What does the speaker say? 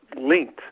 linked